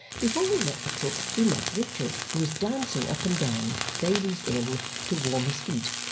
before we met the cook, we met richard, who was dancing up and down thavies inn to warm his feet.